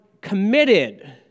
committed